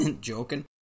Joking